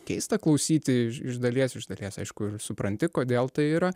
keista klausyti iš dalies iš dalies aišku ir supranti kodėl tai yra